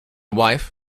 wife